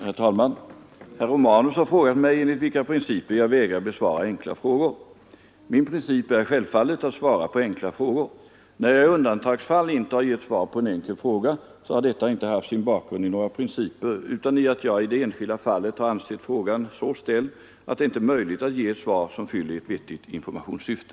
Herr talman! Herr Romanus har frågat mig enligt vilka principer jag vägrar besvara enkla frågor. Min princip är självfallet att svara på enkla frågor. När jag i undantagsfall inte gett svar på en enkel fråga har detta inte haft sin bakgrund i några principer utan i att jag i det enskilda fallet har ansett frågan så ställd att det inte är möjligt att ge ett svar som fyller ett vettigt informationssyfte.